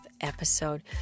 episode